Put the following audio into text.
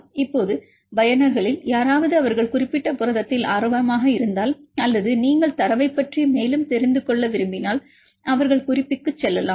இப்போது பயனர்களில் யாராவது அவர்கள் குறிப்பிட்ட புரதத்தில் ஆர்வமாக இருந்தால் அல்லது நீங்கள் தரவைப் பற்றி மேலும் தெரிந்து கொள்ள விரும்பினால் அவர்கள் குறிப்புக்குச் செல்லலாம்